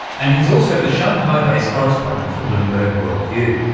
and he's also the shanghai-based correspondent for bloomberg world view.